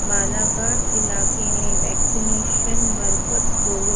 बालाघाट इलाइक़े में वैक्सनेशन मर्कज़ ॻोल्हियो